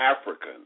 African